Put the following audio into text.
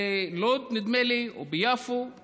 בלוד, נדמה לי, או ביפו.